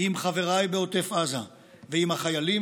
עם חבריי בעוטף עזה ועם החיילים